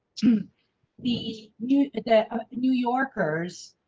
the new, the new yorkers.